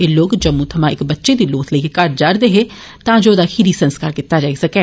एह लोक जम्मू थमां इक बच्चे दी लौथ लेइयै घर जा'रदे हे तां जे औदा खीरी संस्कार कीता जाई सकै